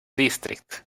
district